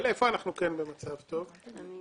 אנחנו כן במצב טוב בדו-גלגלי.